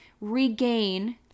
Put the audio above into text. regain